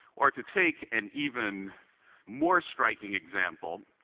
or to take an even more striking example,